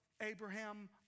Abraham